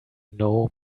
know